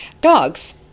dogs